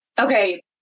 Okay